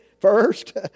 first